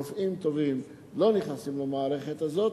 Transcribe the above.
שרופאים טובים לא נכנסים למערכת הזאת,